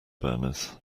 burners